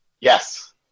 Yes